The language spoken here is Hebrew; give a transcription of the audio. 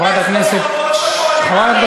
חברת הכנסת ברקו,